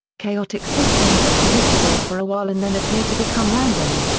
chaotic systems are predictable for a while and then appear to become random.